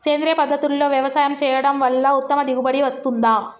సేంద్రీయ పద్ధతుల్లో వ్యవసాయం చేయడం వల్ల ఉత్తమ దిగుబడి వస్తుందా?